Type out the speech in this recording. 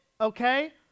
okay